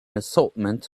assortment